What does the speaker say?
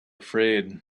afraid